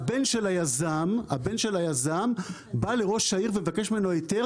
שהבן של היזם בא לראש העיר ומבקש ממנו היתר